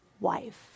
wife